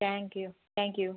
thank you thank you